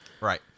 Right